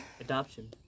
Adoption